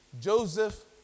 Joseph